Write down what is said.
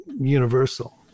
universal